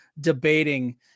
debating